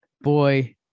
boy